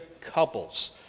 couples